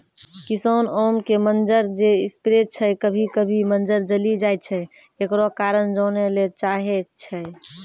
किसान आम के मंजर जे स्प्रे छैय कभी कभी मंजर जली जाय छैय, एकरो कारण जाने ली चाहेय छैय?